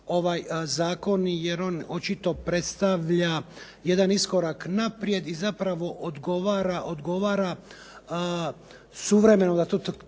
ovaj zakon jer on očito predstavlja jedan iskorak naprijed i zapravo odgovara suvremenom, da to